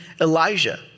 Elijah